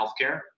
Healthcare